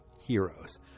heroes